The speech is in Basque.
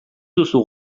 duzu